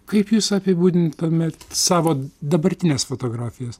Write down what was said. kaip jūs apibūdintumėt savo dabartines fotografijas